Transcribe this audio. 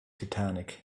titanic